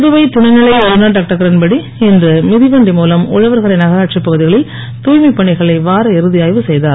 புதுவை துணைநிலை ஆளுநர் டாக்டர் கிரண்பேடி இன்று மிதிவண்டி மூலம் உழவர்கரை நகராட்சிப் பகுதிகளில் தூய்மைப் பணிகளை வார இறுதி ஆய்வு செய்தார்